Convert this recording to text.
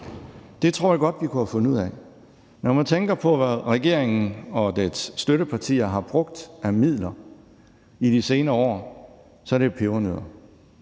det tror jeg godt vi kunne have fundet ud af. Når man tænker på, hvad regeringen og dens støttepartier har brugt af midler i de senere år, så er det jo pebernødder.